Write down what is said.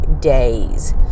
days